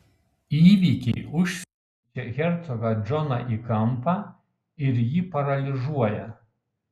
įvykiai užspeičia hercogą džoną į kampą ir jį paralyžiuoja